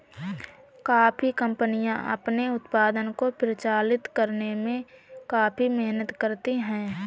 coffee कंपनियां अपने उत्पाद को प्रचारित करने में काफी मेहनत करती हैं